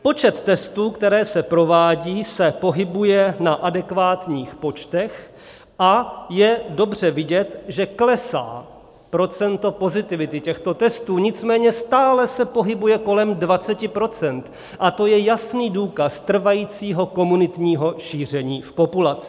Počet testů, které se provádějí, se pohybuje na adekvátních počtech a je dobře vidět, že klesá procento pozitivity těchto testů, nicméně stále se pohybuje kolem 20 % a to je jasný důkaz trvajícího komunitního šíření v populaci.